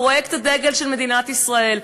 פרויקט הדגל של מדינת ישראל,